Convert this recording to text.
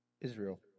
Israel